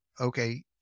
okay